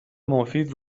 مفیدی